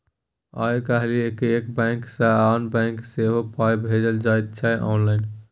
आय काल्हि एक बैंक सँ आन बैंक मे सेहो पाय भेजल जाइत छै आँनलाइन